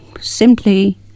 simply